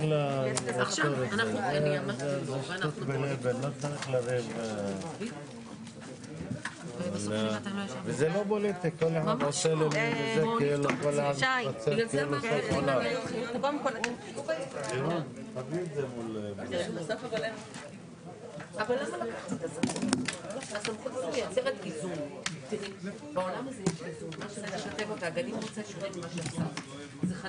10:46.